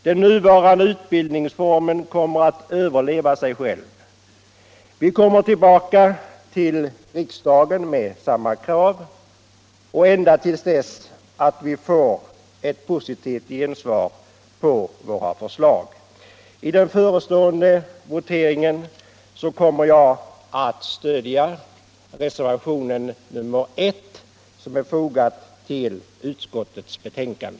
Den nuvarande utbildningsformen kommer att överleva sig själv och vi ämnar komma tillbaka till riksdagen med vårt krav ända tills dess att vi får ett positivt gensvar. I den förestående voteringen kommer jag att stödja reservationen I som är fogad till utskottets betänkande.